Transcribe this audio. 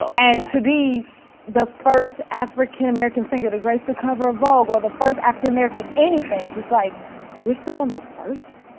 and to be the first african-american singer to grace the cover of vogue or the first african-american anything, it is like we're still on the first?